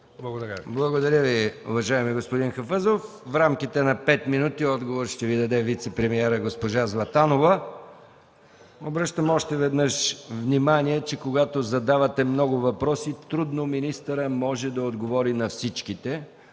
Благодаря Ви, уважаеми господин Хафъзов. В рамките на пет минути отговор ще Ви даде вицепремиерът госпожа Златанова. Обръщам още веднъж внимание, че когато задавате много въпроси, министърът трудно може да отговори на всички.